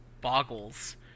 Boggles